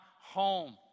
home